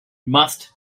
must